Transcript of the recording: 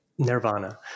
Nirvana